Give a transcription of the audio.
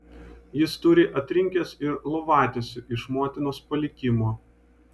jis turi atrinkęs ir lovatiesių iš motinos palikimo